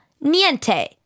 niente